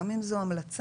גם אם זו המלצה.